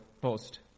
post